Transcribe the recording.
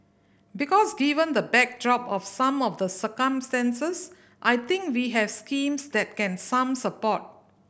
because given the backdrop of some of the circumstances I think we have schemes that can some support